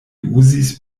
uzis